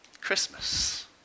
Christmas